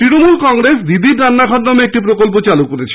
তৃণমূল কংগ্রেস দিদির রান্নাঘর নামে একটি প্রকল্প চালু করেছে